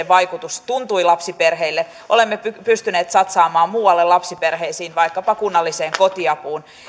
vaikutus tuntui lapsiperheille olemme pystyneet satsaamaan muualle lapsiperheisiin vaikkapa kunnalliseen kotiapuun